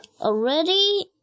already